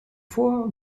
vor